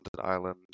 island